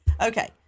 okay